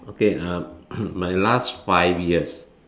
okay uh my last five years